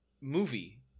movie